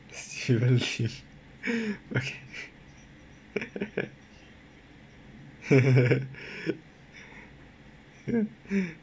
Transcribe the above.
okay